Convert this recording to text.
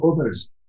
others